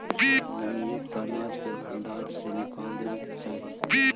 नमीयुक्त अनाज के भण्डार से निकाल देवे के चाहि